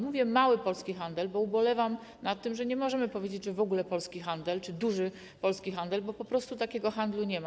Mówię: mały polski handel, bo ubolewam nad tym, że nie możemy powiedzieć, że w ogóle polski handel czy duży polski handel, bo po prostu takiego handlu nie ma.